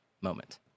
moment